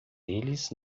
eles